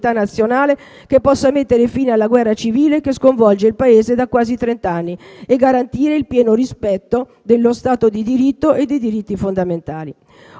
nazionale che possa mettere fine alla guerra civile che sconvolge il Paese da quasi 30 anni e garantire il pieno rispetto dello stato di diritto e dei diritti fondamentali».